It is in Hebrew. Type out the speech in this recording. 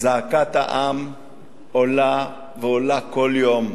זעקת העם עולה, ועולה כל יום.